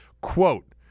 Quote